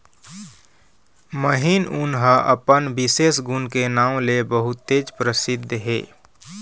महीन ऊन ह अपन बिसेस गुन के नांव ले बहुतेच परसिद्ध हे